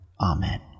amen